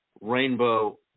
rainbow